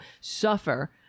suffer